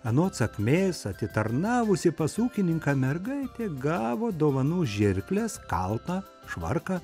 anot sakmės atitarnavusi pas ūkininką mergaitė gavo dovanų žirkles kaltą švarką